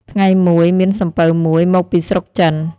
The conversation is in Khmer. ថ្ងៃមួយ មានសំពៅមួយមកពីស្រុកចិន។